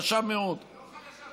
היא לא חלשה.